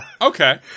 Okay